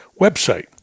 website